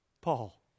Paul